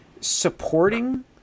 supporting